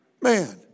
Man